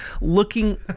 looking